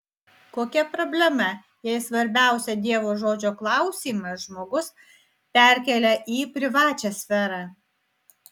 kokia problema jei svarbiausią dievo žodžio klausymą žmogus perkelia į privačią sferą